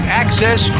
access